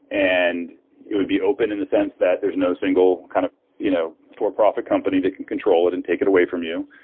and it would be open in the sense that there's no single kind of you know for-profit company that can control it and take it away from you,